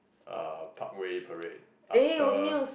uh Parkway-Parade after